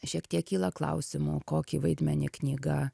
šiek tiek kyla klausimų kokį vaidmenį knyga